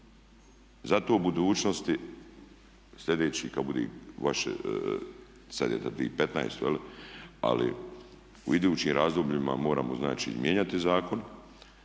Zato u budućnosti sljedeći kad bude vaše, sad je za 2015. jel', ali u idućim razdobljima moramo znači mijenjati zakon